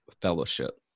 fellowship